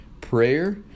prayer